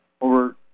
over